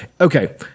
okay